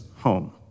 home